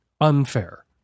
unfair